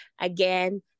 again